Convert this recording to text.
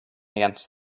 against